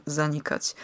zanikać